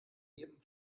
jedem